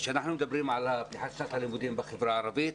כשאנחנו מדברים על פתיחת שנת הלימודים בחברה הערבית,